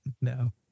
No